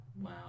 wow